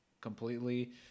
completely